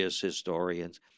historians